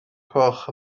gwelwch